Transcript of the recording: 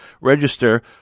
Register